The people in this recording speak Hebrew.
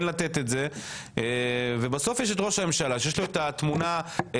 לתת את זה ובסוף יש את ראש הממשלה שיש לו את התמונה הרחבה.